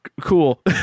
Cool